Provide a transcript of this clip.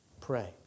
pray